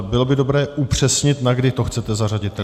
Bylo by dobré upřesnit, na kdy chcete zařadit ten bod.